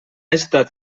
estat